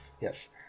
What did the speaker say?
Yes